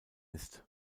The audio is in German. ist